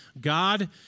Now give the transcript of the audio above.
God